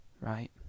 Right